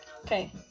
Okay